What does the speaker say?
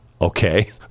Okay